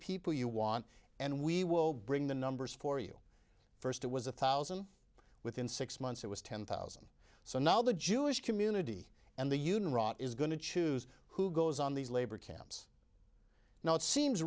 people you want and we will bring the numbers for you first it was a thousand within six months it was ten thousand so now the jewish community and the union rep is going to choose who goes on these labor camps now it seems